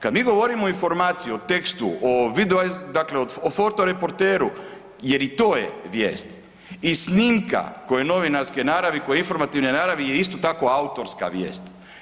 Kad mi govorimo o informaciji, o tekstu, dakle o fotoreporteru jer i to je vijest i snimka koja je novinarske naravi, koja je informativne naravi je isto tako autorska vijest.